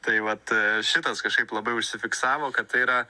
tai vat šitas kažkaip labai užsifiksavo kad tai yra